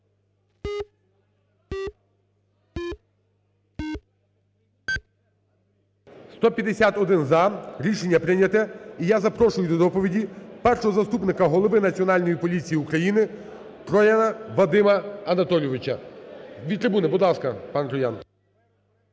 За-151 Рішення прийнято. І я запрошую до доповіді першого заступника голови Національної поліції України Трояна Вадима Анатолійовича. Від трибуни, будь ласка, пан Троян.